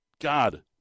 God